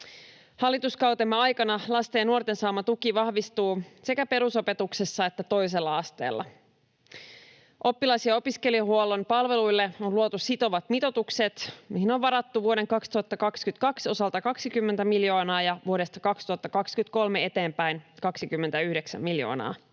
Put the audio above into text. Hallituskautemme aikana lasten ja nuorten saama tuki vahvistuu sekä perusopetuksessa että toisella asteella. Oppilas‑ ja opiskelijahuollon palveluille on luotu sitovat mitoitukset, mihin on varattu vuoden 2022 osalta 20 miljoonaa ja vuodesta 2023 eteenpäin 29 miljoonaa.